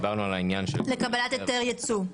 לקבלת היתר ייצוא.